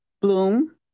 Bloom